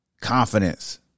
confidence